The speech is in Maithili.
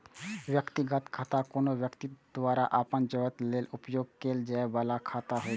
व्यक्तिगत खाता कोनो व्यक्ति द्वारा अपन जरूरत लेल उपयोग कैल जाइ बला खाता होइ छै